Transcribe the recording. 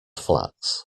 flats